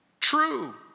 true